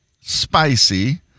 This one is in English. spicy